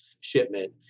shipment